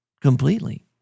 completely